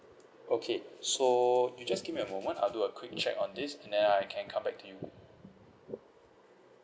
okay so you just give me a moment I'll do a quick check on this and then I can come back to you